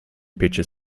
picture